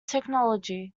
technology